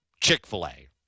Chick-fil-A